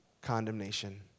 condemnation